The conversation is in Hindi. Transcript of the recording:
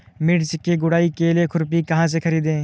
मिर्च की गुड़ाई के लिए खुरपी कहाँ से ख़रीदे?